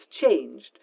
changed